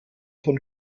von